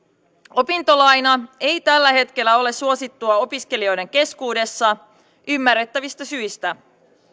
opintolaina ei tällä hetkellä ole suosittua opiskelijoiden keskuudessa ymmärrettävistä syistä